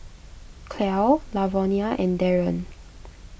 Clell Lavonia and Darren